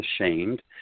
ashamed